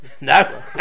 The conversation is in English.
no